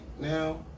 now